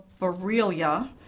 Borrelia